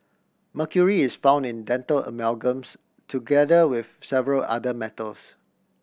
mercury is found in dental amalgams together with several other metals